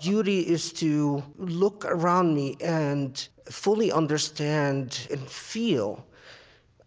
beauty is to look around me and fully understand and feel